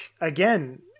again